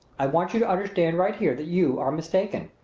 i want you to understand right here that you are mistaken.